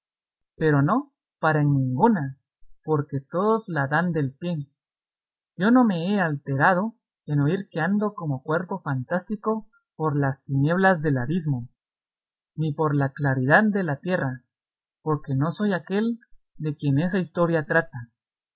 pero no para en ninguna porque todos la dan del pie yo no me he alterado en oír que ando como cuerpo fantástico por las tinieblas del abismo ni por la claridad de la tierra porque no soy aquel de quien esa historia trata